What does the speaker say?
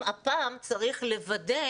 צריך לוודא